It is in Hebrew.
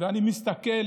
ואני מסתכל